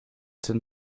sind